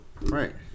Right